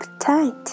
tight